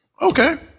Okay